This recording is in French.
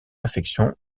infection